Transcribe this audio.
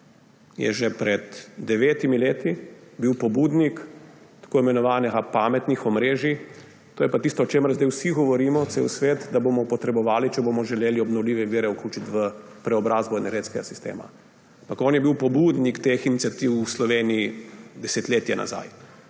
bil že pred devetimi leti pobudnik tako imenovanih pametnih omrežij. To je pa tisto, o čemer zdaj vsi govorimo, cel svet, da bomo potrebovali, če bomo želeli obnovljive vire vključiti v preobrazbo energetskega sistema. Ampak on je bil pobudnik teh iniciativ v Sloveniji desetletje nazaj.